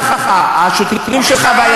שם הרופאים המטפלים שם,